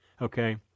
Okay